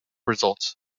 results